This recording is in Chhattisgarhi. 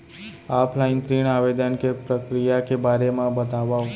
ऑफलाइन ऋण आवेदन के प्रक्रिया के बारे म बतावव?